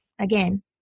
Again